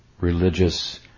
religious